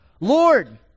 Lord